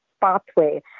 pathway